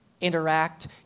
interact